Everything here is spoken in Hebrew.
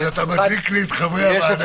רז, אתה מדליק לי את חברי הוועדה.